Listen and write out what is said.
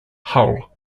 hull